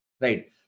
right